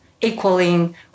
equaling